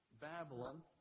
Babylon